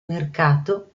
mercato